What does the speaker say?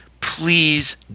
please